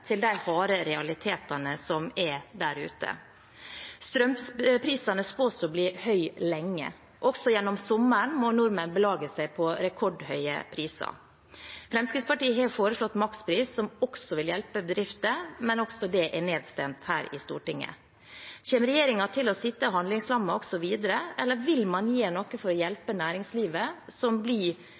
til de harde realitetene som er der ute. Strømprisene spås å bli høye lenge. Også gjennom sommeren må nordmenn belage seg på rekordhøye priser. Fremskrittspartiet har foreslått makspris, som også vil hjelpe bedrifter, men også det er nedstemt her i Stortinget. Kommer regjeringen til å sitte handlingslammet også videre, eller vil man gjøre noe for å hjelpe næringslivet, som blir